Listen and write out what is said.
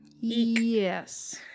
Yes